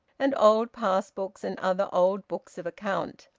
and old pass-books and other old books of account.